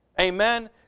Amen